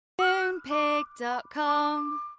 Moonpig.com